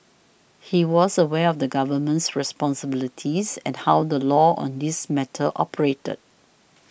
he was aware of the Government's responsibilities and how the law on this matter operated